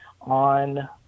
on